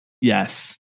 Yes